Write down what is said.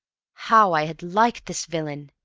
how i had liked this villain!